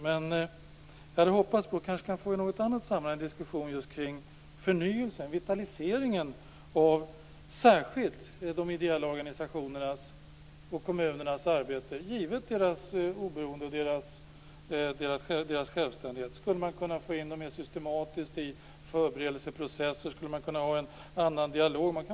Men jag hoppas att vi i något annat sammanhang kan få en diskussion just om förnyelsen och vitaliseringen av särskilt de ideella organisationernas och kommunernas arbete, givet deras oberoende och deras självständighet. Skulle man kunna få in dem mer systematiskt i förberedelseprocesser? Skulle man kunna ha en annan dialog?